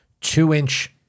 two-inch